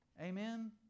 Amen